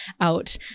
out